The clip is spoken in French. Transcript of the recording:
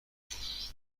vous